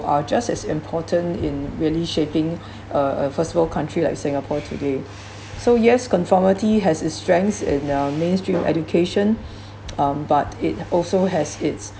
are just as important in really shaping uh uh first world country like singapore today so yes conformity has its strengths in our mainstream education but it also has its